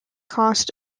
cost